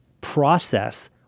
process